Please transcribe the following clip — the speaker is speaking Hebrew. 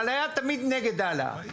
אבל היה תמיד נגד ההעלאה.